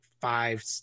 five